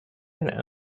and